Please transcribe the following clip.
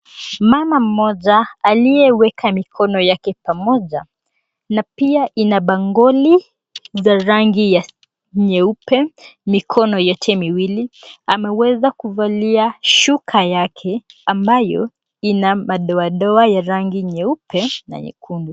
Mama mmoja aliye weka mikono yake pamoja na pia ina bangoli za rangi ya nyeupe mikono yote miwili ameweza kuvalia shuka yake ambayo ina madoadoa ya rangi nyeupe na nyekundu.